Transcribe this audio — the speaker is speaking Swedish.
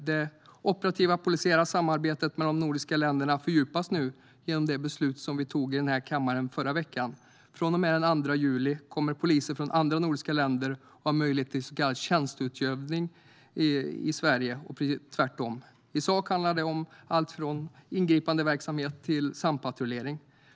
Det operativa polisiära samarbetet mellan de nordiska länderna fördjupas nu genom det beslut som vi fattade här i kammaren förra veckan. Från och med den 2 juli kommer poliser från andra nordiska länder att ha möjlighet till så kallad tjänsteutövning i Sverige, och tvärtom. I sak handlar det om alltifrån ingripande verksamhet till sampatrullering.